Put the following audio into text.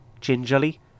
Gingerly